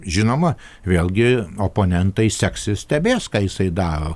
žinoma vėlgi oponentai seks ir stebės ką jisai daro